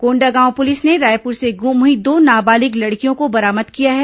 Kondagaon police ने रायपुर से गुम हुई दो नाबालिग लड़कियों को बरामद किया है